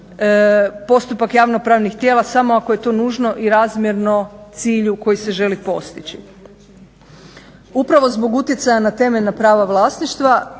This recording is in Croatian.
postupak javnopravnih tijela samo ako je tu nužno i razmjerno cilju koji se želi postići. Upravo zbog utjecaja na temeljna prava vlasništva